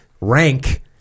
Rank